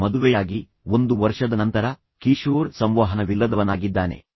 ಆದರೆ ಮದುವೆಯಾಗಿ ಒಂದು ವರ್ಷದ ನಂತರ ಕಿಶೋರ್ ಸಂವಹನವಿಲ್ಲದವನಾಗಿದ್ದಾನೆ